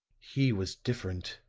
he was different.